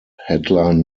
headline